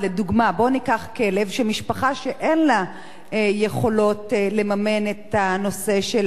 בוא ניקח כלב של משפחה שאין לה יכולות לממן את הנושא של העיקור.